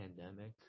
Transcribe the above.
pandemic